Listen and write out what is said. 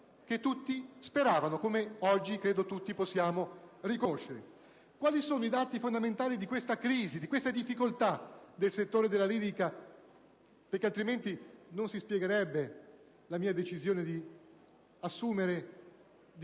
che tutti speravano, come oggi credo tutti possiamo riconoscere. Quali sono i dati fondamentali di questa crisi, di questa difficoltà del settore della lirica? Altrimenti, infatti, non si spiegherebbe la mia decisione di assumere e